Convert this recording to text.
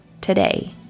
today